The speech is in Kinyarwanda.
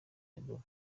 ebola